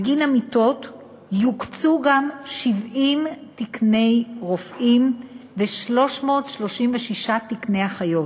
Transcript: בגין המיטות יוקצו גם 70 תקני רופאים ו-336 תקני אחיות.